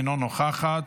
אינה נוכחת,